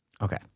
Okay